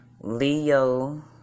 Leo